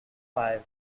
five